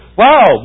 wow